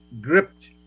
gripped